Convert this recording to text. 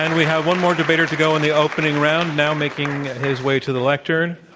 and we have one more debater to go in the opening round, now making his way to the lectern,